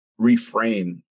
reframe